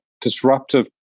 disruptive